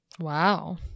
Wow